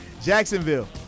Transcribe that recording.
Jacksonville